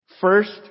First